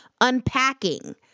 unpacking